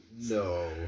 No